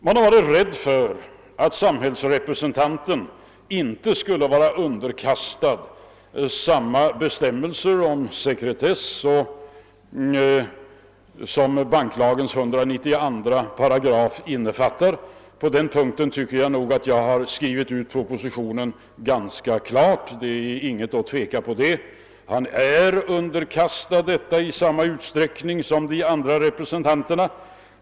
Man har varit rädd för att samhällsrepresentanten inte skulle vara underkastad samma bestämmelser om sekretess som banklagens 192 8 innefattar. På den punkten tycker jag nog att jag har skrivit propositionen ganska klar, så att det inte kan finnas någon tvekan. Han är underkastad detta i samma utsträckning som de andra representanterna.